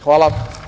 Hvala.